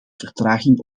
vertraging